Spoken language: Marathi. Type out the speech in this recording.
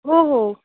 हो हो